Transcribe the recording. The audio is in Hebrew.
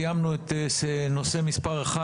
סיימנו את נושא מספר אחד,